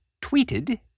tweeted